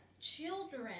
children